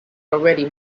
already